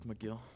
McGill